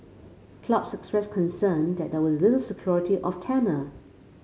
clubs expressed concern that there was little security of tenure